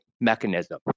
mechanism